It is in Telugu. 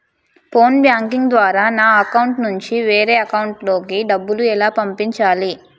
ఫోన్ బ్యాంకింగ్ ద్వారా నా అకౌంట్ నుంచి వేరే అకౌంట్ లోకి డబ్బులు ఎలా పంపించాలి?